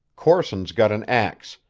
corson's got an ax,